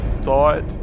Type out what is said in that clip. thought